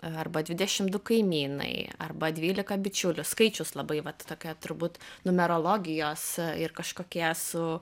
arba dvidešim du kaimynai arba dvylika bičiulių skaičius labai vat tokia turbūt numerologijos ir kažkokie su